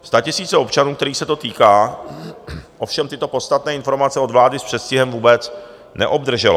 Statisíce občanů, kterých se to týká, ovšem tyto podstatné informace od vlády s předstihem vůbec neobdržely.